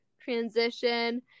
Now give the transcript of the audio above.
transition